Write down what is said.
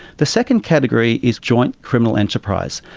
the second category is joint criminal enterprise,